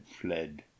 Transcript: fled